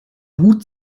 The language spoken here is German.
hut